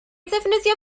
ddefnyddio